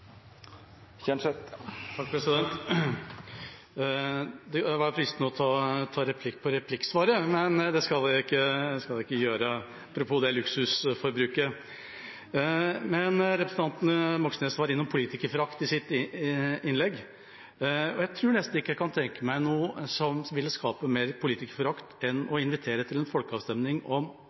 Det hadde vært fristende å ta replikk på replikksvaret, men det skal jeg ikke gjøre, apropos det luksusforbruket. Representanten Moxnes var innom politikerforakt i sitt innlegg. Jeg tror nesten ikke jeg kan tenke meg noe som ville skape mer politikerforakt enn å invitere til en folkeavstemning om